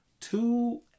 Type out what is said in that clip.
two